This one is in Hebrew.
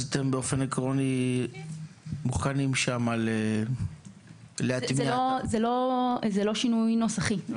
באופן עקרוני אתם מוכנים שם להטמיע --- זה לא שינוי נוסחי.